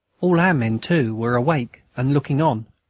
all our men too were awake and looking on.